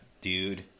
dude